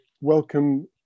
Welcome